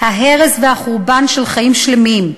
ההרס והחורבן של חיים שלמים,